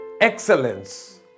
Excellence